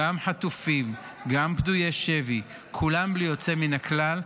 גם חטופים, גם פדויי שבי, כולם בלי יוצא מן הכלל.